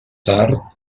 tard